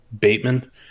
bateman